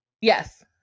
Yes